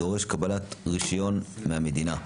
דורש קבלת רישיון מהמדינה.